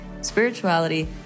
spirituality